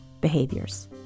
behaviors